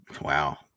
Wow